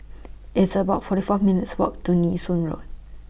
It's about forty four minutes' Walk to Nee Soon Road